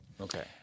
Okay